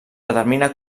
determina